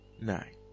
Nine